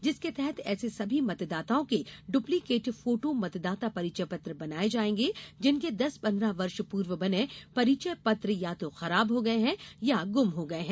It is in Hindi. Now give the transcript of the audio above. जिसके तहत ऐसे सभी मतदाताओं के डुप्लीकेट फोटो मतदाता परिचय पत्र बनाये जायेंगे जिनके दस पन्द्रह वर्ष पूर्व बने परिचय पत्र या तो खराब हो गये हैं या गुम गये हैं